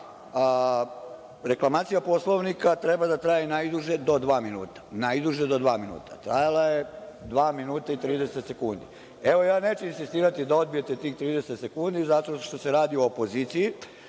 reklamacija Poslovnika treba da traje najduže do dva minuta. Najduže do dva minuta. Trajala je dva minuta i 30 sekundi. Evo, ja neću insistirati da odbijete tih 30 sekundi, zato što se radi o opoziciji,